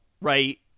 Right